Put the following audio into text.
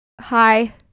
Hi